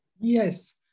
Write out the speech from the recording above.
Yes